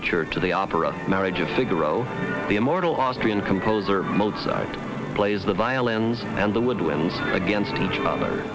a church or the opera marriage of figaro the immortal austrian composer mozart plays the violin and the would win against each other